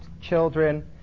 children